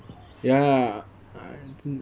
ya i~